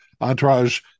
Entourage